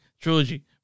Trilogy